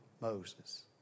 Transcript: Moses